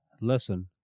Listen